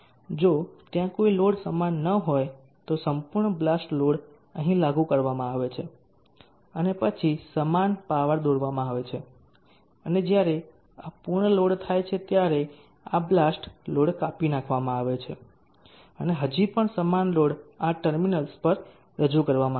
જો ત્યાં કોઈ લોડ ન હોય તો સંપૂર્ણ બાલ્સ્ટ લોડ અહીં લાગુ કરવામાં આવે છે અને પછી સમાન પાવર દોરવામાં આવે છે અને જ્યારે આ પૂર્ણ લોડ થાય છે ત્યારે આ બાલ્સ્ટ લોડ કાપી નાખવામાં આવે છે અને હજી પણ સમાન લોડ આ ટર્મિનલ્સ પર રજૂ કરવામાં આવશે